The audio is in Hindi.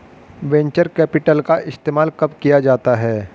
वेन्चर कैपिटल का इस्तेमाल कब किया जाता है?